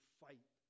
fight